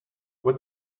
what